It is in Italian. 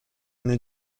nel